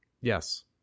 Yes